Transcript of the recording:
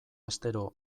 astero